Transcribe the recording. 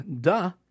Duh